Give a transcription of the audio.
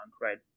right